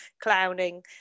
clowning